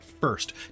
first